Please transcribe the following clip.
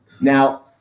Now